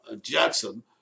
Jackson